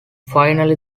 finally